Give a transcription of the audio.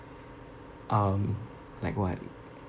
um like what